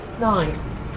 Nine